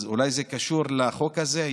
אז אולי זה קשור לחוק הזה.